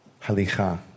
Halicha